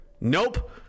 Nope